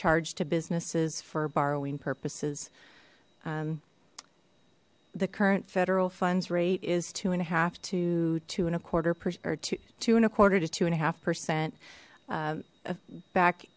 charge to businesses for borrowing purposes the current federal funds rate is two and a half to two and a quarter to two and a quarter to two and a half percent